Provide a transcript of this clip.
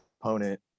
opponent